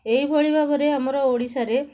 ଏହିଭଳି ଭାବରେ ଆମ ଓଡ଼ିଶାରେ